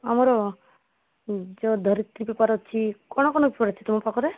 ଆମର ଯେଉଁ ଧରିତ୍ରୀ ପେପର୍ ଅଛି କ'ଣ କ'ଣ ପେପର୍ ଅଛି ତୁମ ପାଖରେ